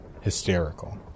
hysterical